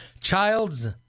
Child's